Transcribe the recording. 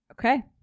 Okay